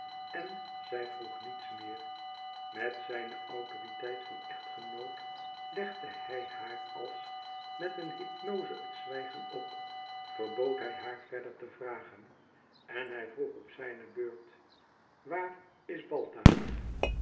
en zij vroeg niets meer met zijne autoriteit van echtgenoot legde hij haar als met een hypnoze he zwijgen op verbood hij haar verder te vragen en hij vroegt op zijne beurt waar is balthazar